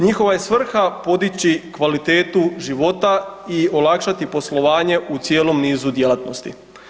Njihova je svrha podići kvalitetu života i olakšati poslovanje u cijelom nizu djelatnosti.